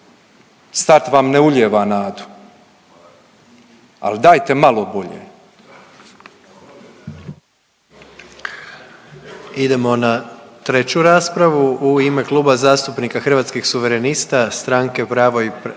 Start vam ne ulijeva nadu, al dajte malo bolje.